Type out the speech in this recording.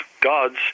gods